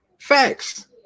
Facts